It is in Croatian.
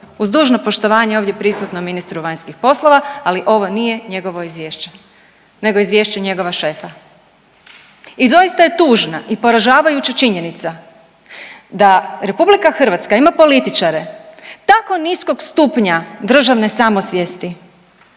Uz dužno poštovanje ovdje prisutnom ministru vanjskih poslova, ali ovo nije njegovo izvješće nego izvješće njegova šefa. I doista je tužna i poražavajuća činjenica da RH ima političare tako niskog stupnja državne samosvijesti